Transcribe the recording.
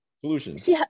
solutions